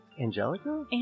Angelica